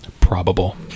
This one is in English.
Probable